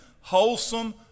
wholesome